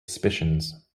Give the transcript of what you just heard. suspicions